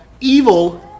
evil